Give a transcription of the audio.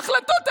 ההחלטות האלה,